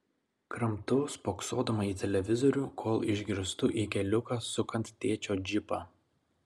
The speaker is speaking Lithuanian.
kramtau spoksodama į televizorių kol išgirstu į keliuką sukant tėčio džipą